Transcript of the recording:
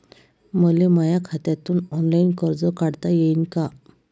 मले माया खात्यातून ऑनलाईन कर्ज काढता येईन का?